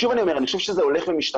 שוב אני אומר שאני חושב שזה הולך ומשתפר.